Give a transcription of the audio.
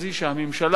הממשלה,